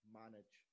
manage